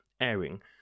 airing